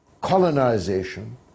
colonization